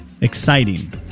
Exciting